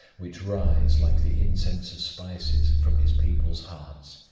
which rise, like the incense of spices, from his people's hearts,